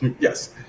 Yes